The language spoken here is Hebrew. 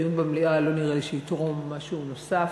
דיון במליאה לא נראה לי שיתרום משהו נוסף.